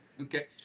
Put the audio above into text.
okay